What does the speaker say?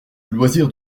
loisir